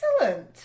Excellent